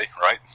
right